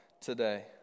today